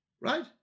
right